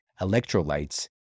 electrolytes